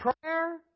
prayer